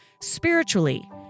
spiritually